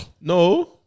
No